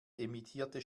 emittierte